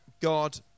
God